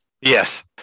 Yes